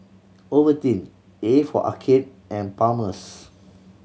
Ovaltine A for Arcade and Palmer's